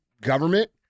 government